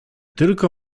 tylko